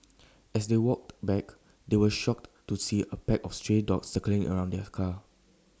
as they walked back they were shocked to see A pack of stray dogs circling around their car